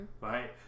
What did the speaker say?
Right